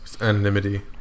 Anonymity